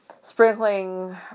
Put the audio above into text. sprinkling